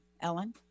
Ellen